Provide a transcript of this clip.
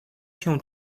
się